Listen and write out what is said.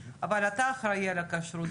אבל אתה אחראי על הכשרות.